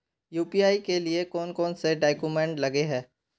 UPI के लिए कौन कौन से डॉक्यूमेंट लगे है?